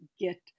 get